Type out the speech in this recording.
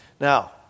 Now